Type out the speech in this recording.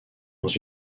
dans